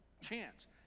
chance